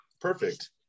Perfect